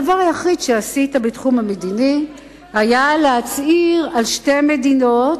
הדבר היחיד שעשית בתחום המדיני היה להצהיר על שתי מדינות,